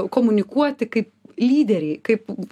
komunikuoti kaip lyderiai kaip